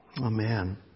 Amen